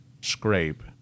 scrape